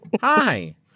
Hi